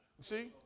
See